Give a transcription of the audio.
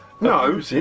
No